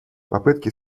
попытки